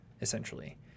essentially